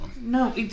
No